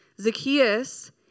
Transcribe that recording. Zacchaeus